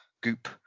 goop